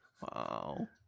wow